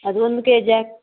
ಅದು ಒಂದು K G ಹಾಕಿ